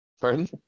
Pardon